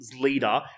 leader